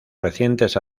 recientes